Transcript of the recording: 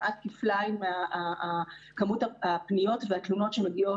כמעט כפליים מכמות הפניות והתלונות שהגיעו